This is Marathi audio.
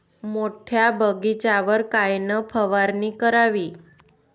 मोठ्या बगीचावर कायन फवारनी करावी?